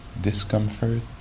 discomfort